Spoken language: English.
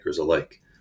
alike